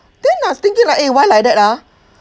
then I'm thinking eh why like that lah